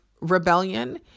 rebellion